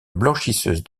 blanchisseuse